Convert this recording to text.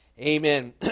Amen